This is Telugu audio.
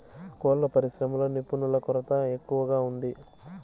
కోళ్ళ పరిశ్రమలో నిపుణుల కొరత ఎక్కువగా ఉంది